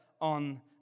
on